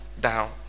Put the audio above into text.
down